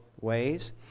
ways